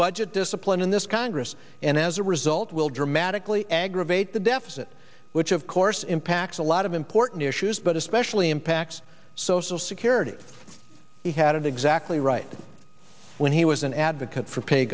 budget discipline in this congress and as a result will dramatically aggravate the deficit which of course impacts a lot of important issues but especially impacts social security he had it exactly right when he was an advocate for pay